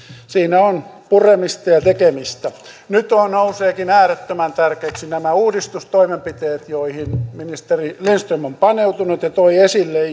siinä on puremista ja tekemistä nyt nousevatkin äärettömän tärkeiksi nämä uudistustoimenpiteet joihin ministeri lindström on paneutunut ja jotka hän toi esille